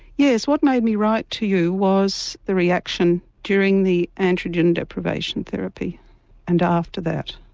yes, what made me write to you was the reaction during the androgen deprivation therapy and after that.